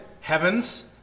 heavens